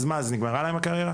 אז מה, אז נגמרה להם הקריירה?